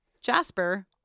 Jasper